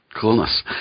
coolness